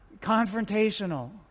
confrontational